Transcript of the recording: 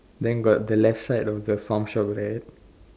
then got the left side of the farm shop right